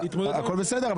הכל בסדר,